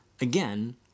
again